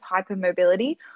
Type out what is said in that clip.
hypermobility